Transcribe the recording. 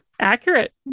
accurate